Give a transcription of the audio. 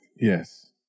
Yes